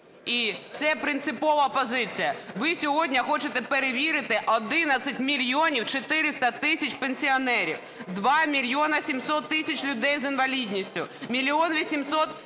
і це принципова позиція. Ви сьогодні хочете перевірити: 11 мільйонів 400 тисяч пенсіонерів, 2 мільйони 700 тисяч людей з інвалідністю, 1 мільйон 800